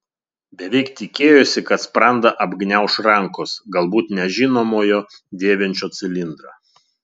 beveik tikėjosi kad sprandą apgniauš rankos galbūt nežinomojo dėvinčio cilindrą